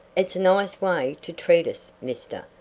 it's a nice way to treat us, mister.